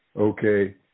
Okay